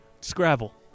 Scrabble